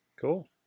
Cool